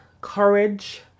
courage